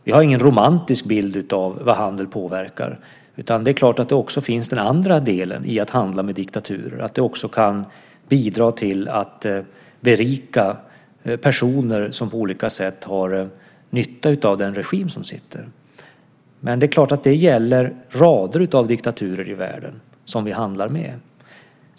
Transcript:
Jag har ingen romantisk bild av vad handeln påverkar, utan det är klart att det också finns den andra delen i att handla med diktaturer, att det kan bidra till att berika personer som på olika sätt har nytta av den regim som sitter. Men det gäller rader av diktaturer i världen som vi handlar med.